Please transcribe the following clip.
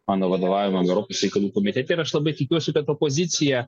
mano vadovaujamam europos reikalų komitete ir aš labai tikiuosi kad opozicija